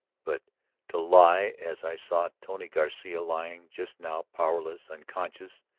but to lie as i saw tony garcia lying just now, powerless, unconscious,